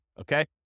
okay